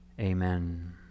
Amen